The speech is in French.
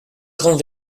grand